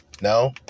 no